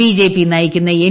BJP നയിക്കുന്ന N